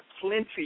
plenty